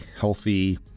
healthy